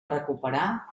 recuperar